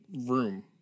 room